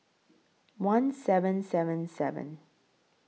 one seven seven seven